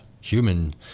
human